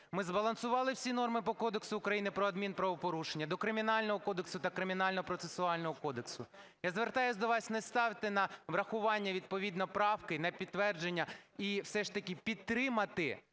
Ми збалансували всі норми по Кодексу України про адмінправопорушення, до Кримінального кодексу та Кримінально-процесуального кодексу. Я звертаюся до вас, не ставте на врахування відповідно правки і на підтвердження. І все ж таки підтримати